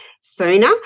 sooner